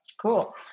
Cool